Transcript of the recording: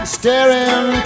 staring